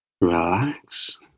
relax